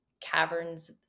caverns